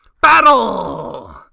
BATTLE